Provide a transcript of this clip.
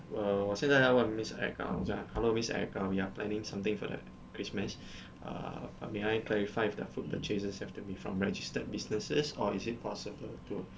uh 我现在要问 miss erica 我讲 like hello miss erica we are planning something for the christmas err may I clarify if the food purchases have to be from registered businesses or is it possible to